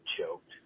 choked